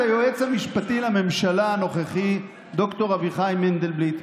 היועץ המשפטי לממשלה הנוכחי ד"ר אביחי מנדלבליט.